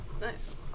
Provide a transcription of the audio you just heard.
Nice